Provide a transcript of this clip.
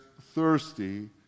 thirsty